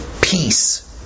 peace